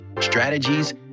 strategies